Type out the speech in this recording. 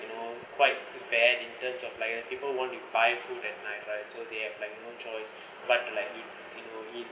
you know quite bad in terms of like uh people want to buy food at night right so they have like no choice but like he will eat